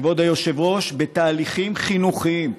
כבוד היושב-ראש, בתהליכים חינוכיים לנוער,